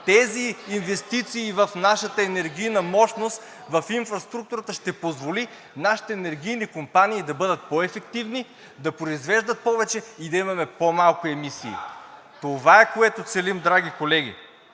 тези инвестиции в нашата енергийна мощност, в инфраструктурата ще позволят нашите енергийни компании да бъдат по-ефективни, да произвеждат повече и да имаме по-малко емисии. Това е, което целим, драги колеги.